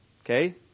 okay